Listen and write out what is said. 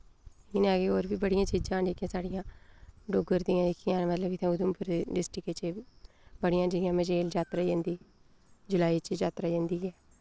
इ'यां गै और बी बड़ियां चीजां न जेह्कियां साढ़ियां डुग्गर दि'यां जेह्कियां न मतलब कि इत्थै उधमपुर डिस्ट्रिक च बड़ियां न जि'यां मचेल यात्रा जंदी जुलाई च यात्रा जंदी ऐ